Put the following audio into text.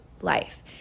life